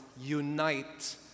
Unite